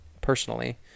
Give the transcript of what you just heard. personally